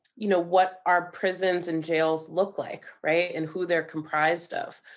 you know, what our prisons and jails look like, right? and who they're comprised of.